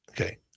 Okay